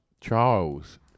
Charles